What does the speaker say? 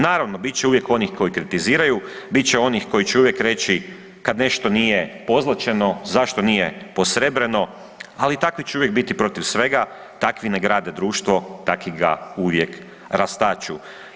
Naravno, bit će uvijek onih koji kritiziraju, bit će onih koji će u vijek reći kad nešto nije pozlaćeno zašto nije posrebreno, ali takvi će uvijek biti protiv svega, takvi ne grade društvo, takvi ga uvijek rastaču.